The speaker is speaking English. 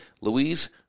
Louise